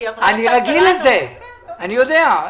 אני מזכיר לחדשים ולחדשות שבינינו: